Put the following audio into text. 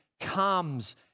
comes